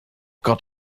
got